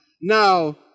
Now